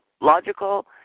logical